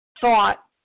thought